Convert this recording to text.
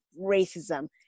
racism